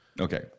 okay